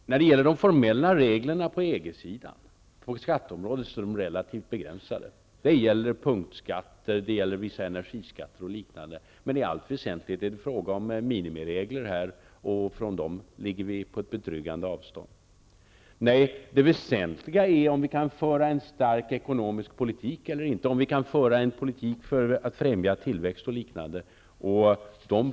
De formella reglerna på EG-sidan är på skatteområdet relativt begränsade. Det gäller punktskatter, vissa energiskatter och liknande, men i allt väsentligt är det fråga om minimiregler, och från dem ligger vi på betryggande avstånd. Det väsentliga är om vi kan föra en stark ekonomisk politik eller inte, om vi kan föra en politik för att främja tillväxt och liknande.